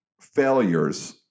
failures